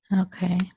Okay